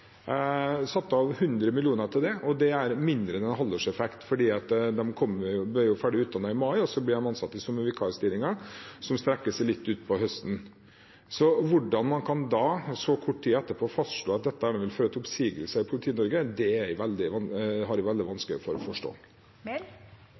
satt av 100 mill. kr til det, og det er mindre enn en halvårseffekt, for de blir ferdigutdannet i mai, og så blir de ansatt i sommervikarstillinger som strekker seg til litt ut på høsten. Hvordan man da, etter så kort tid, kan fastslå at dette vil føre til oppsigelser i Politi-Norge, har jeg veldig vanskelig for å forstå. Emilie Enger Mehl – til oppfølgingsspørsmål. Statsbudsjettet har